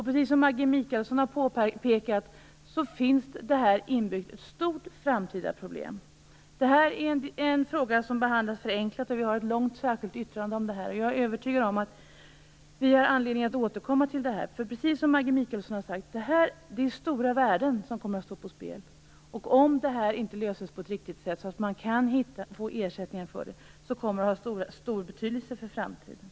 Precis som Maggi Mikaelsson har påpekat, finns det ett stort framtida problem inbyggt här. Detta är en fråga som behandlas förenklat, och vi har ett långt särskilt yttrande om detta. Jag är övertygad om att vi har anledning att återkomma till detta. Precis som Maggi Mikaelsson har sagt, kommer stora värden att stå på spel här. Om detta inte löses på ett riktigt sätt så att man kan få ersättningar för det, kommer det att ha stor betydelse i framtiden.